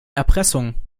erpressung